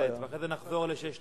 בהחלט, ואחרי זה נחזור ל-1062.